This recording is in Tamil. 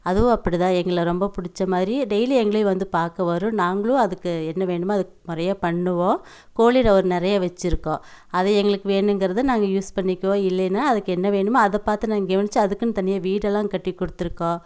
அதுவும் அப்படி தான் எங்களை ரொம்ப பிடிச்ச மாதிரி டெய்லியும் எங்களே வந்து பார்க்க வரும் நாங்களும் அதுக்கு என்ன வேணுமோ அதுக் முறையாக பண்ணுவோம் கோழியில ஓர் நிறைய வச்சிருக்கோம் அது எங்களுக்கு வேணுங்கறது நாங்கள் யூஸ் பண்ணிக்குவோம் இல்லையின்னா அதுக்கு என்ன வேணுமோ அதை பார்த்து நாங்க கவுனிச்சி அதுக்குன்னு தனியாக வீட்டெல்லாம் கட்டி கொடுத்துருக்கோம்